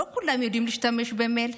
לא כולם יודעים להשתמש במייל.